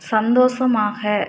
சந்தோஷமாக